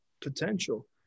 potential